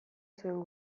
zuen